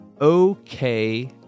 okay